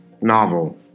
novel